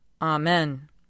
Amen